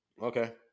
Okay